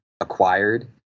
acquired